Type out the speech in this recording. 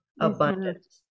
abundance